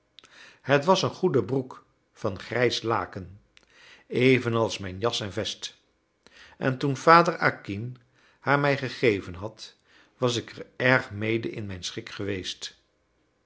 het was een goede broek van grijs laken evenals mijn jas en vest en toen vader acquin haar mij gegeven had was ik er erg mede in mijn schik geweest